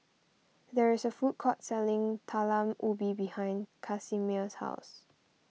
there is a food court selling Talam Ubi behind Casimer's house